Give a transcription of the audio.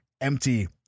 empty